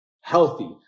healthy